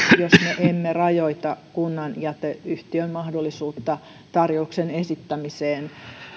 jos me emme rajoita kunnan jäteyhtiön mahdollisuutta tarjouksen esittämiseen